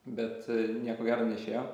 bet nieko gero neišėjo